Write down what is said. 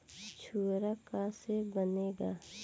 छुआरा का से बनेगा?